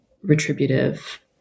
retributive